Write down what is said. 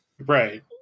right